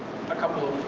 a couple of